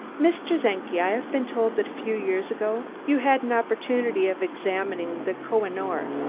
mr. czenki, i have been told that a few years ago you had an opportunity of examining the koh-i-noor.